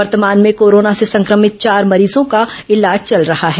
वर्तमान में कोरोना से संक्रमित चार मरीजों का इलाज चल रहा है